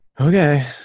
okay